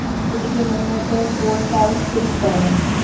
scooty के number थे four five six seven